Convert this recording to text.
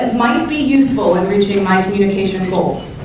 and might be useful in reaching my communication goals.